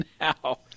now